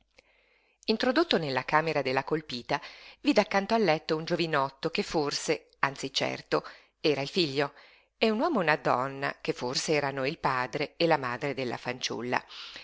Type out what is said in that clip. introdotto nella camera della colpita vide accanto al letto un giovinotto che forse anzi certo era il figlio e un uomo e una donna che forse erano il padre e la madre della fanciulla